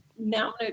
Now